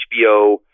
HBO